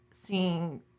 seeing